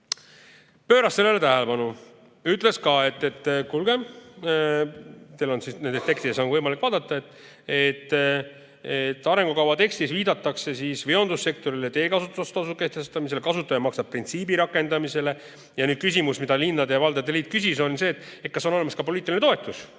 pööras sellele tähelepanu, ütles ka, et kuulge, teil on ... tekstides on võimalik vaadata, et arengukava tekstis viidatakse veondussektorile, teekasutustasu kehtestamisele, kasutaja maksab printsiibi rakendamisele. Ja nüüd küsimus, mida linnade ja valdade liit küsis, on see, et kas on olemas ka poliitiline toetus